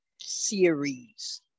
series